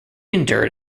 endured